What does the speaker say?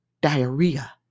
diarrhea